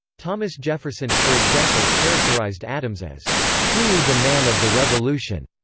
thomas jefferson, for example, characterized adams as truly the man of the revolution.